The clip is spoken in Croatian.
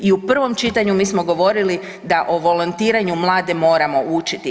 I u prvom čitanju mi smo govorili da o volontiranju mlade moramo učiti.